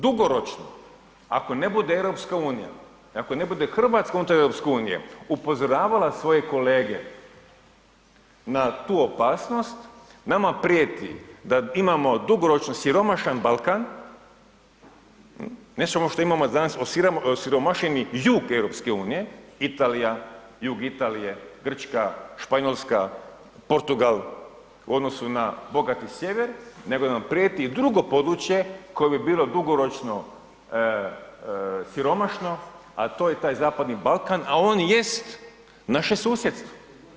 Dugoročno, ako ne bude EU i ako ne bude Hrvatska unutar EU, upozoravala svoje kolege na tu opasnost, nama prijeti da imamo dugoročno siromašan Balkan, ne samo što imamo danas osiromašeni jug EU, Italija, jug Italije, Grčka, Španjolska, Portugal u odnosu na bogati sjever, nego da nam prijeti i drugo područje koje bi bilo dugoročno siromašno, a to je taj zapadni Balkan, a on jest naše susjedstvo.